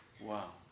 Wow